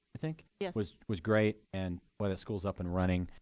i think. yes. was was great. and boy, that school's up and running.